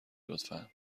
لطفا